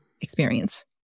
experience